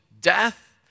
death